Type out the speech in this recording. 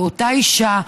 לאותה אישה,